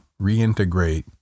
reintegrate